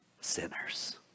sinners